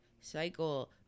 cycle